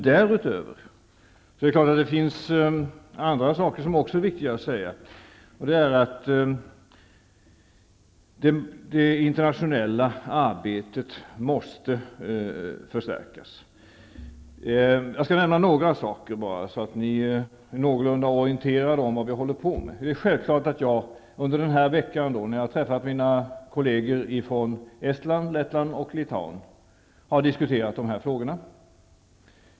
Därutöver finns det andra saker som det också är viktigt att nämna, bl.a. att det internationella arbetet måste förstärkas. Jag skall nämna några ytterligare saker så att ni blir någorlunda orienterade i vad vi håller på med. Under den här veckan har jag träffat mina kolleger från Estland, Lettland och Litauen. Jag har självfallet diskuterat dessa frågor med dem.